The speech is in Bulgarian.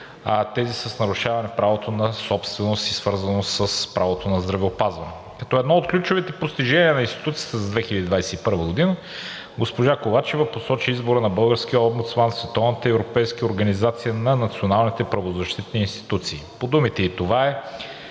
тези с нарушаване правото на собственост и свързаните с правото на здравеопазване. Като едно от ключовите постижения на институцията за 2021 г. госпожа Ковачева посочи избора на българския Омбудсман в световната и европейската организации на националните правозащитни институции – GANHRI и ENHRI.